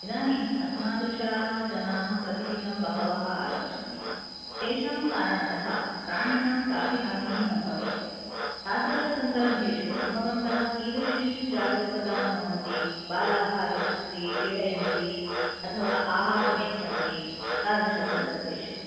इदानीम् अस्मादृशाः जनाः प्रतिदिनं बहवः आगच्छन्ति तेषां कारणतः प्राणीनां कापि हानिः न भवेत् तादृश सन्दर्भेषु भवन्तः कीदृशीं जागरुकतां वहन्ति बालाः गच्छन्ति पीडयन्ति अथवा आहारम् यच्छन्ति तादृश सन्दर्भेषु